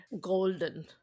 Golden